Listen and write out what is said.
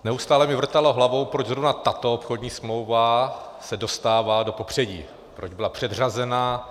Neustále mi vrtalo hlavou, proč zrovna tato obchodní smlouva se dostává do popředí, proč byla předřazená.